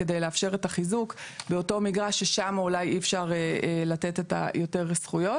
כדי לאפשר את החיזוק באותו מגרש ששם אולי אי אפשר לתת את יותר זכויות.